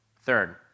Third